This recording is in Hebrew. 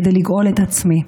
כדי לגאול את עצמי.